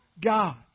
God